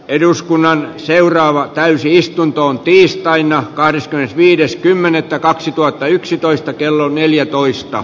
eduskunnan seuraavaan täysistuntoon tiistaina kahdeskymmenesviides kymmenettä kaksituhattayksitoista kello neljätoista